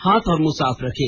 हाथ और मुंह साफ रखें